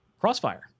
Crossfire